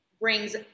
brings